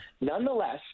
nonetheless